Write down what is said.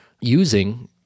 using